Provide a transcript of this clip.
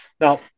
Now